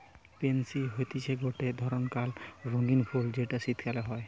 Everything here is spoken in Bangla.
পেনসি হতিছে গটে ধরণকার রঙ্গীন ফুল যেটা শীতকালে হই